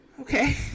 Okay